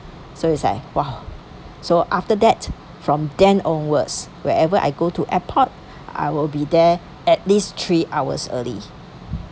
so it's like !wah! so after that from then onwards wherever I go to airport I will be there at least three hours early